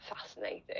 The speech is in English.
fascinating